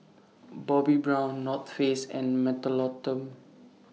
Bobbi Brown North Face and Mentholatum